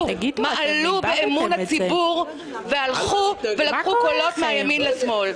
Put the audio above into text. באמון הציבור ולקחו קולות מהימין לשמאל.